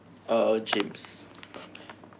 a oh chips